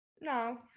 no